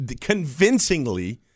Convincingly